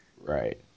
Right